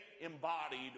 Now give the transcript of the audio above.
embodied